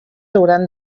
hauran